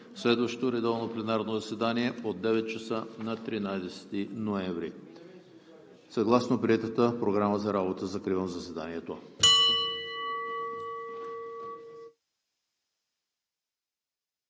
Следващото редовно пленарно заседание е от 9,00 ч. на 13 ноември съгласно приетата Програма за работа. Закривам заседанието.